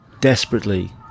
desperately